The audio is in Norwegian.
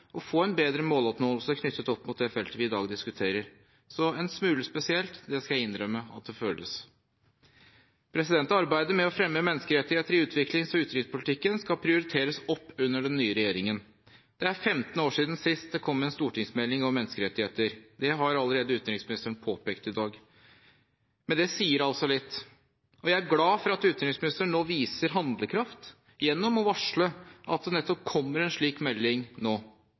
få en bedre måloppnåelse knyttet opp mot det feltet vi i dag diskuterer. Så en smule spesielt skal jeg innrømme at det føles. Arbeidet med å fremme menneskerettigheter i utviklings- og utenrikspolitikken skal prioriteres opp under den nye regjeringen. Det er 15 år siden sist det kom en stortingsmelding om menneskerettigheter. Det har allerede utenriksministeren påpekt i dag. Men det sier altså litt, og jeg er glad for at utenriksministeren nå viser handlekraft gjennom å varsle at det kommer nettopp en slik melding nå.